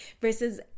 versus